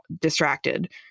distracted